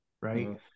right